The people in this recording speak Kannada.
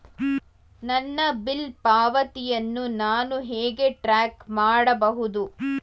ನನ್ನ ಬಿಲ್ ಪಾವತಿಯನ್ನು ನಾನು ಹೇಗೆ ಟ್ರ್ಯಾಕ್ ಮಾಡಬಹುದು?